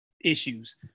issues